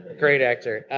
great actor.